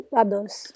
others